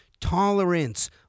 tolerance